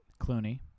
Clooney